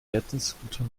herzensguter